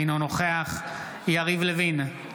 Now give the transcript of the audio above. אינו נוכח יריב לוין,